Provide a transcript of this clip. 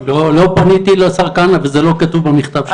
לא פניתי לשר כהנא וזה לא כתוב במכתב שלי.